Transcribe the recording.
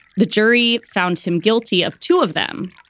the jury found him guilty of two of them.